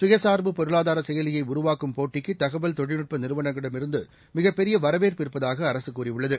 சுயசார்பு பொருளாதார செயலியை உருவாக்கும் போட்டிக்கு தகவல் தொழில்நுட்ப நிறுவனங்களிடமிருந்து மிகப் பெரிய வரவேற்பு இருப்பதாக அரசு கூறியுள்ளது